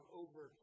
over